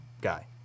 guy